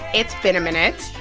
it's been a minute.